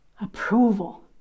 approval